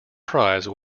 prize